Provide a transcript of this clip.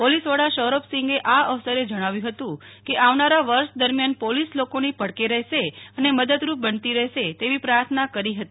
પોલીસવડા સૌરભસિંગે આ અવસરે જણાવ્યું હતું કે આવનારા વર્ષ દરમ્યાન પોલીસ લોકોની પડખે રહેશે અને મદદરૂપ બનતી રહેશે તેવી પ્રાર્થના કરી હતી